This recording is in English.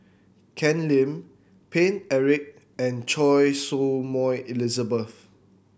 Ken Lim Paine Eric and Choy Su Moi Elizabeth